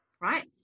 right